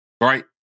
right